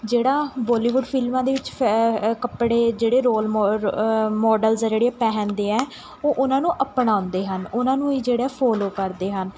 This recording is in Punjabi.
ਜਿਹੜਾ ਬੋਲੀਵੁੱਡ ਫਿਲਮਾਂ ਦੇ ਵਿੱਚ ਫੈ ਕੱਪੜੇ ਜਿਹੜੇ ਰੋਲ ਮੋਡਲਸ ਹੈ ਜਿਹੜੇ ਪਹਿਨਦੇ ਹੈ ਉਹ ਉਹਨਾਂ ਨੂੰ ਅਪਣਾਉਂਦੇ ਹਨ ਉਹਨਾਂ ਨੂੰ ਹੀ ਜਿਹੜਾ ਫੋਲੋ ਕਰਦੇ ਹਨ